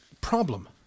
problem